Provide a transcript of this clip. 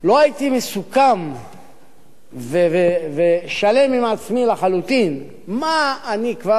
לא הייתי מסוכם ושלם עם עצמי לחלוטין מה אני כבר